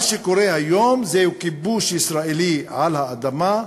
מה שקורה היום זה כיבוש ישראלי על האדמה,